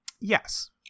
Yes